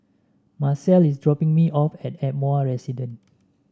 Macel is dropping me off at Ardmore Residence